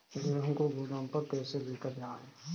गेहूँ को गोदाम पर कैसे लेकर जाएँ?